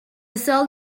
sol